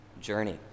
journey